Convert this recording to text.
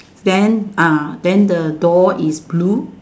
then uh then the door is blue